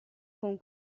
con